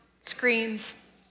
screens